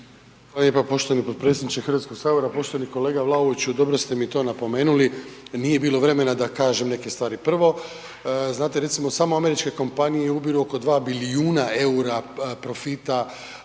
Hvala poštovani potpredsjedniče Hrvatskog sabora. Poštovani kolega Vlaoviću, dobro ste mi to napomenuli, nije bilo vremena da kažem neke stvari. Prvo, znate recimo samo američke kompanije ubiru oko 2 bilijuna EUR-a profita